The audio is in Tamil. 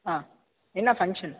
ஆ என்ன ஃபங்ஷன்